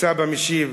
הסבא משיב: